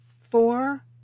four